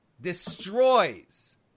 destroys